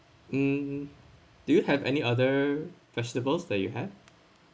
mm do you have any other vegetables that you have